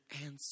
answer